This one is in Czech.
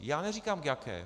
Já neříkám k jaké.